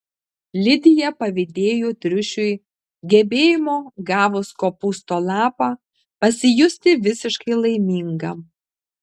lidija pavydėjo triušiui gebėjimo gavus kopūsto lapą pasijusti visiškai laimingam